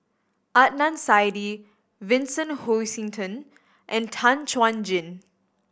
Adnan Saidi Vincent Hoisington and Tan Chuan Jin